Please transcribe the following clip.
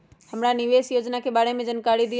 हमरा निवेस योजना के बारे में जानकारी दीउ?